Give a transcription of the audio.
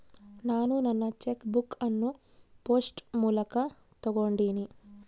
ನಾನು ನನ್ನ cheque book ಅನ್ನು ಪೋಸ್ಟ್ ಮೂಲಕ ತೊಗೊಂಡಿನಿ